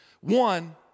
One